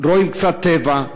רואים קצת טבע,